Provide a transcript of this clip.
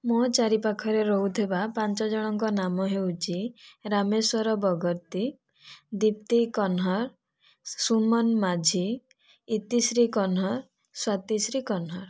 ମୋ ଚାରି ପାଖରେ ରହୁଥିବା ପାଞ୍ଚ ଜଣଙ୍କ ନାମ ହେଉଛି ରାମେଶ୍ୱର ବଗର୍ତ୍ତୀ ଦୀପ୍ତି କହ୍ନର ସୁମନ ମାଝି ଇତିଶ୍ରୀ କହ୍ନର ସ୍ଵାତିଶ୍ରୀ କହ୍ନର